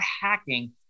hacking